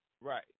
Right